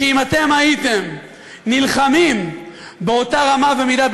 אם הייתם נלחמים באותה רמה ומידה,